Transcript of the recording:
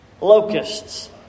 Locusts